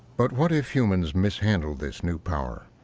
but what if humans mishandle this new power?